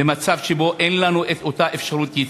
במצב שאין לנו את אותה אפשרות ייצוא.